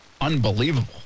unbelievable